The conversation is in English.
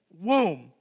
womb